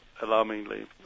alarmingly